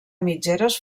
mitgeres